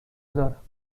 دارم